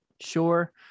sure